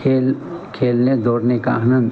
खेल खेलने दौड़ने का हमें